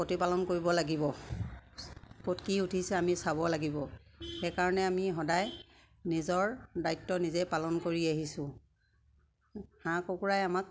প্ৰতিপালন কৰিব লাগিব ক'ত কি উঠিছে আমি চাব লাগিব সেইকাৰণে আমি সদায় নিজৰ দায়িত্ব নিজেই পালন কৰি আহিছোঁ হাঁহ কুকুৰাই আমাক